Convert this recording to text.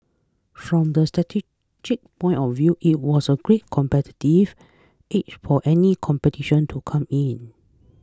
from a strategic point of view it was a great competitive edge for any competition to come in